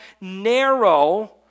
narrow